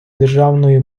державної